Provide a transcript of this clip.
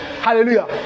Hallelujah